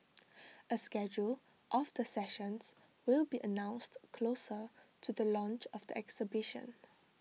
A schedule of the sessions will be announced closer to the launch of the exhibition